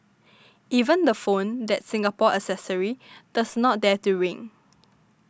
even the phone that Singapore accessory does not dare to ring